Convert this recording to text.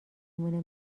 مونه